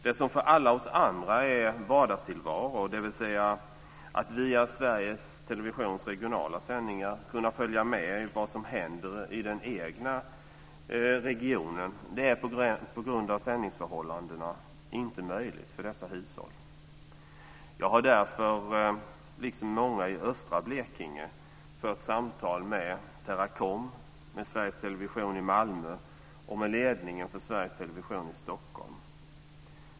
Det som för alla oss andra är en vardagstillvaro, dvs. att vi via Sveriges Televisions regionala sändningar kan följa med i vad som händer i den egna regionen, är på grund av sändningsförhållandena inte möjligt för dessa hushåll. Jag har därför liksom många i Östra Blekinge fört samtal med Teracom, med Sveriges Television i Stockholm.